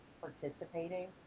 participating